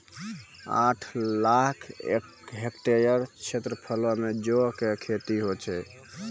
आठ लाख हेक्टेयर क्षेत्रफलो मे जौ के खेती होय छै